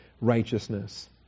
righteousness